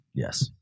Yes